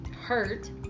hurt